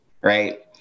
right